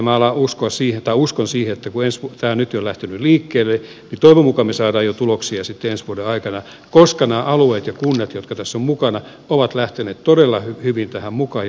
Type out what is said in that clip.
minä uskon siihen että kun tämä on nyt jo lähtenyt liikkeelle niin toivon mukaan me saamme jo tuloksia sitten ensi vuoden aikana koska nämä alueet ja kunnat jotka tässä ovat mukana ovat lähteneet todella hyvin tähän mukaan ja sitoutuneet